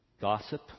Gossip